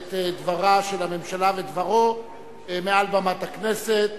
את דברה של הממשלה ואת דברו מעל במת הכנסת.